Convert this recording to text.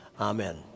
Amen